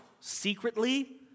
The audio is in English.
secretly